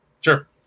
Sure